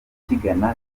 kigana